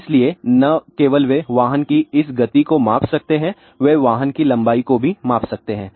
इसलिए न केवल वे वाहन की इस गति को माप सकते हैं वे वाहन की लंबाई को भी माप सकते हैं